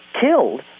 killed